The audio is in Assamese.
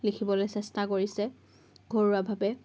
লিখিবলৈ চেষ্টা কৰিছে ঘৰুৱাভাৱে